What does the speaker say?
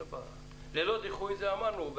ללא דיחוי, אמרנו.